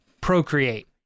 procreate